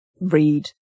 read